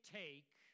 take